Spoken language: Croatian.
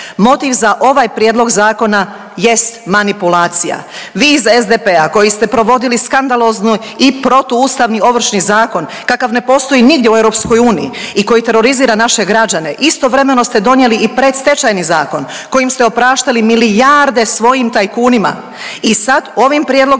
Motiv za ovaj prijedlog zakona jest manipulacija. Vi iz SDP-a koji ste provodili skandalozno i protuustavni Ovršni zakon kakav ne postoji nigdje u EU i koji terorizira naše građane. Istovremeno ste donijeli i predstečjani zakon kojim ste opraštali milijarde svojim tajkunima i sad ovim prijedlogom